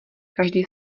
každý